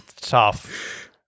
Tough